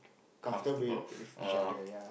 comfortable err